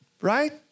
right